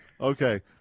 Okay